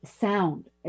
Sound